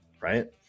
right